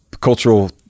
cultural